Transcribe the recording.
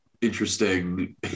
interesting